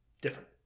different